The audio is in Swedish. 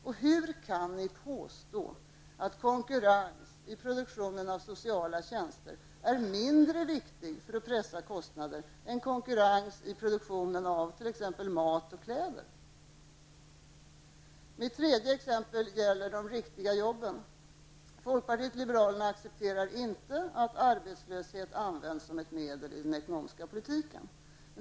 Och hur kan ni påstå att konkurrens i produktionen av sociala tjänster är mindre viktig för att pressa kostnader än konkurrens i produktionen av t.ex. Mitt tredje exempel gäller de riktiga jobben. Folkpartierna liberalerna accepterar inte att arbetslöshet används som ett medel i den ekonomiska politiken.